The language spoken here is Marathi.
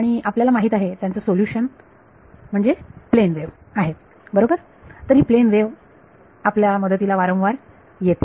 आणि आपल्याला माहित आहे त्याचं सोल्युशन म्हणजे प्लेन वेव्ह आहे बरोबर तर ही प्लेन वेव्ह आपल्या मदतीला वारंवार येते